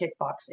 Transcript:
kickboxing